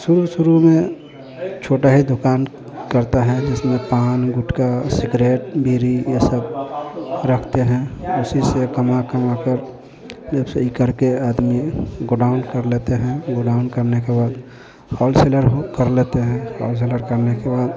शुरू शुरू में छोटा ही दुकान करते हैं जिसमें पान गुटखा सिगरेट बीड़ी ये सब रखते हैं उसी से कमा कमाकर जब से ये करके आदमी गोडाउन कर लेते हैं गोडाउन करने के बाद होलसेलर हो कर लेते हैं होलसेलर करने के बाद